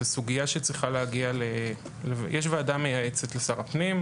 זו סוגייה שצריכה להגיע לוועדה מייעצת שיש לשר הפנים,